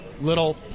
little